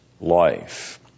life